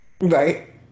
Right